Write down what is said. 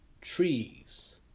trees